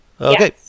Okay